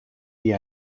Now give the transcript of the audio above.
the